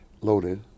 Loaded